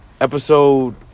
episode